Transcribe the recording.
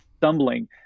stumbling